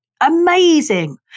amazing